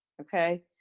Okay